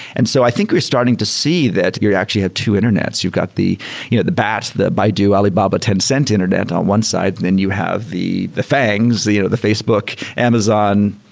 and so i think we're starting to see that we actually have two internets. you got the you know the batch, the baidu, alibaba, tencent internet on one side. then you have the the fangs, the you know the facebook, amazon,